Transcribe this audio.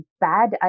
bad